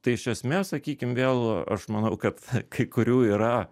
tai iš esmės sakykim vėl aš manau kad kai kurių yra